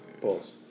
Pause